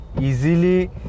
easily